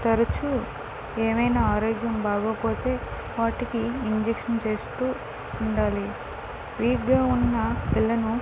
తరచు ఏమైనా ఆరోగ్యం బాగోకపోతే వాటికి ఇంజక్షన్ చేస్తు ఉండాలి వీక్గా ఉన్న పిల్లను